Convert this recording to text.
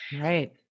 Right